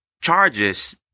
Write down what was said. charges